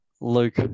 luke